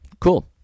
Cool